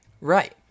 Right